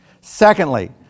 Secondly